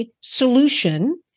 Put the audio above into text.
solution